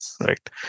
right